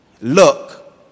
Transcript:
look